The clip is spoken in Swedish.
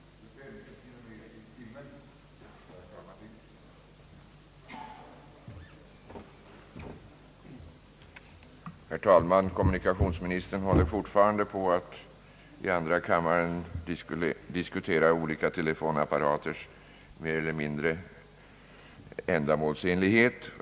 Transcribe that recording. Herr talman! Kommunikationsministern håller fortfarande på med att i andra kammaren diskutera olika telefonapparaters ändamålsenlighet.